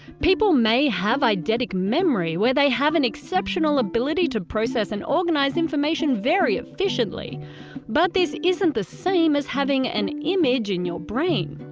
people may have eidetic memory, where they have an exceptional ability to process and organise information very efficiently-but but this isn't the same as having an image in your brain.